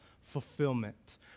fulfillment